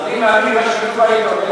אבל אני מאמין למה שכתוב בעיתון,